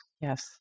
Yes